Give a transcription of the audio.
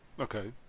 okay